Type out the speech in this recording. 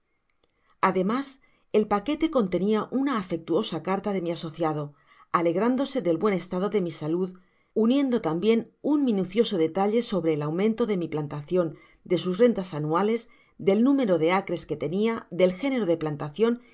ademas el paquete contenia una afectuosa carta d mi asociado alegrándose del buen estado de mi salud uniendo tambien un minucioso detalle sobreel aumento de mi plantación desus rentas anuales del número de acres que tenia del género de plantacion